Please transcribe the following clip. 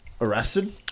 arrested